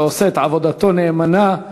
שעושה את עבודתו נאמנה.